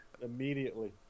Immediately